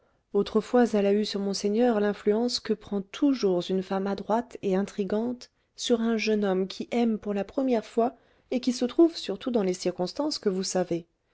autrefois elle a eu sur monseigneur l'influence que prend toujours une femme adroite et intrigante sur un jeune homme qui aime pour la première fois et qui se trouve surtout dans les circonstances que vous savez